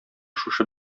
шушы